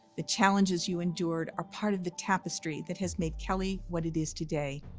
the challenges you endured are part of the tapestry that has made kelley what it is today.